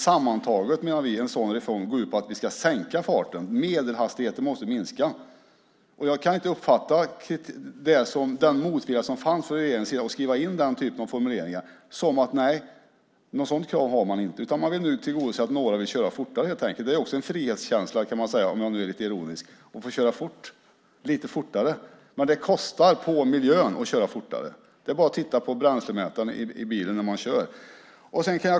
Vi menar att en sådan reform måste gå ut på att vi ska sänka farten. Medelhastigheten måste minska. Jag kan inte uppfatta motviljan från regeringens sida mot att skriva in en sådan formulering som annat än att man inte har något sådant krav. Man vill nu tillgodose att några vill köra fortare. Att få köra fort är också en frihetskänsla, kan man säga om man är lite ironisk. Det kostar på miljön om man kör fortare. Det är bara att titta på bränslemätaren i bilen.